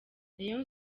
rayon